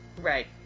Right